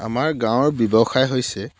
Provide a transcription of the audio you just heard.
আমাৰ গাঁৱৰ ব্যৱসায় হৈছে